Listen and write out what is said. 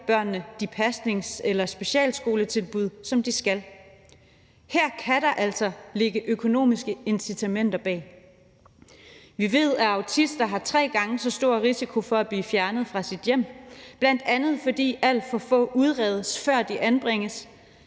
børnene de pasnings- eller specialskoletilbud, som de skal. Her kan der altså ligge økonomiske incitamenter bag. Vi ved, at autister har tre gange så stor risiko for at blive fjernet fra deres hjem, bl.a. fordi alt for få udredes, før de anbringes.